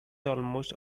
almost